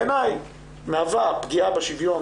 בעיניי מהווה פגיעה בשוויון,